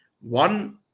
One